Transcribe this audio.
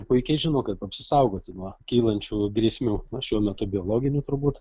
puikiai žino kaip apsisaugoti nuo kylančių grėsmių na šiuo metu biologinių turbūt